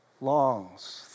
longs